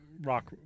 rock